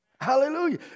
Hallelujah